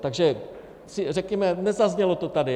Takže řekněme, nezaznělo to tady.